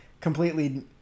completely